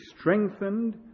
strengthened